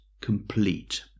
complete